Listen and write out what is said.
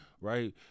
right